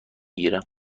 گیرم